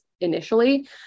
initially